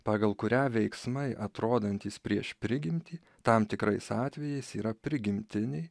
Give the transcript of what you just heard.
pagal kurią veiksmai atrodantys prieš prigimtį tam tikrais atvejais yra prigimtiniai